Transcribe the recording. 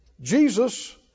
Jesus